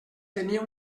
tenia